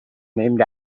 named